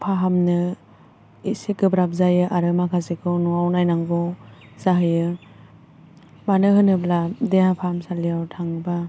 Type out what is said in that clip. फाहामनो एसे गोब्राब जायो आरो माखासेखौ न'आव नायनांगौ जाहैयो मानो होनोब्ला देहा फाहामसालियाव थाङोबा